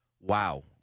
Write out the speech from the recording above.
Wow